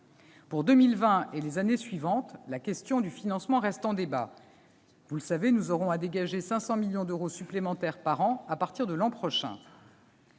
2020 et les années suivantes, la question du financement reste en débat. Vous le savez, nous aurons à dégager 500 millions d'euros supplémentaires par an à partir de l'an prochain.